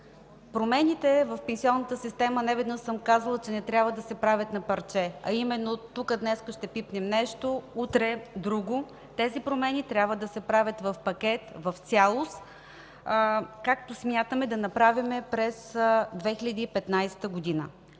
промените в пенсионната система не трябва да се правят на парче, а именно тук днес ще пипнем нещо, утре – друго. Тези промени трябва да се правят в пакет, в цялост, както смятаме да направим през 2015 г.